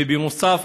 ובנוסף,